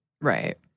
right